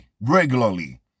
regularly